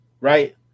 right